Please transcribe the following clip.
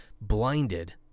blinded